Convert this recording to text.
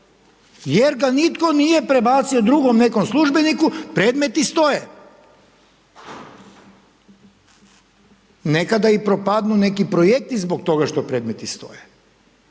jer ga nitko nije prebacio drugom nekom službeniku, predmeti stoje. Nekada i propadnu neki projekti zbog toga što predmeti stoje.